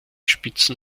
spitzen